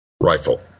rifle